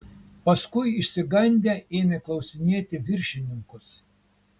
paskui išsigandę ėmė klausinėti viršininkus